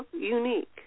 unique